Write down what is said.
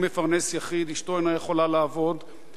הוא מפרנס יחיד, אשתו אינה יכולה לעבוד.